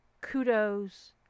kudos